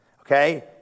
Okay